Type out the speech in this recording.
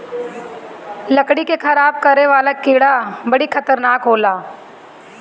लकड़ी के खराब करे वाला कीड़ा बड़ी खतरनाक होला